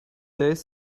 days